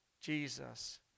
Jesus